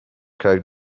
code